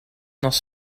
nos